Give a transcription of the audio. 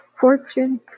Fortune